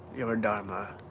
your dharma.